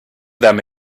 them